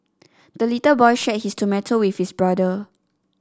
the little boy shared his tomato with his brother